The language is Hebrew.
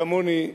כמוני,